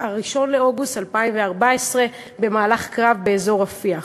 1 באוגוסט 2014, במהלך קרב באזור רפיח.